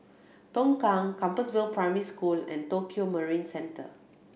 Tongkang Compassvale Primary School and Tokio Marine Centre